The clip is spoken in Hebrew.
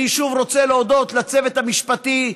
אני שוב רוצה להודות לצוות המשפטי,